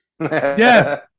Yes